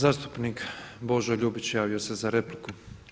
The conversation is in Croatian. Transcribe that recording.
Zastupnik Božo Ljubić javio se za repliku.